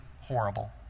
horrible